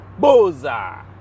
Boza